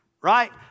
right